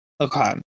Okay